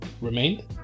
remained